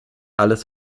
alles